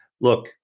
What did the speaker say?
look